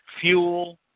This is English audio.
fuel